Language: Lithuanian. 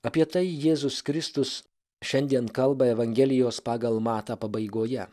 apie tai jėzus kristus šiandien kalba evangelijos pagal matą pabaigoje